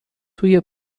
توی